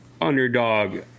underdog